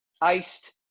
iced